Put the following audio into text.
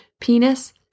penis